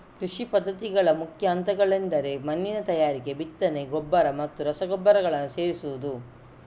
ಕೃಷಿ ಪದ್ಧತಿಗಳ ಮುಖ್ಯ ಹಂತಗಳೆಂದರೆ ಮಣ್ಣಿನ ತಯಾರಿಕೆ, ಬಿತ್ತನೆ, ಗೊಬ್ಬರ ಮತ್ತು ರಸಗೊಬ್ಬರಗಳನ್ನು ಸೇರಿಸುವುದು